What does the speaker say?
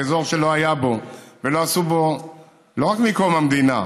באזור שלא היה בו ולא עשו בו לא רק מקום המדינה,